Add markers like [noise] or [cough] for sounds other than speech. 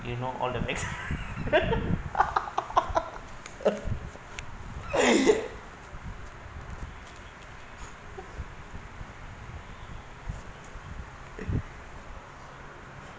you know all the x~ [laughs]